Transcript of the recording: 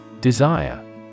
Desire